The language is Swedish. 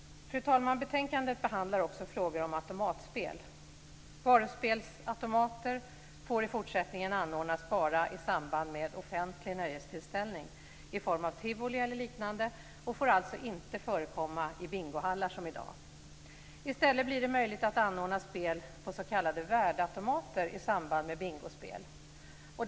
Fru talman! Betänkandet behandlar också frågor om automatspel. Varuspelsautomater får i fortsättningen anordnas bara i samband med offentlig nöjestillställning i form av tivoli eller liknande och får alltså inte som i dag förekomma i bingohallar. I stället blir det möjligt att anordna spel på s.k. värdeautomater i samband med bingospel.